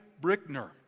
Brickner